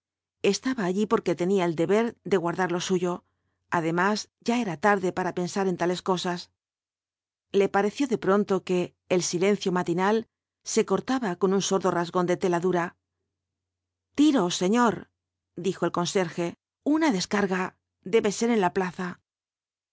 estaba allí porque tenía el deber de guardar lo suyo además ya era tarde para pensar en tales cosas le pareció de pronto que el silencio matinal se cortaba con un sordo rasgón de tela dura tiros señor dijo el conserje una descarga debe ser en la plaza